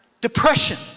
depression